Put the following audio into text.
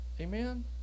Amen